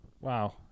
Wow